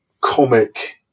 comic